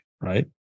right